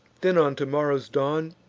then, on to-morrow's dawn,